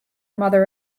mother